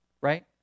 right